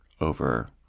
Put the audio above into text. over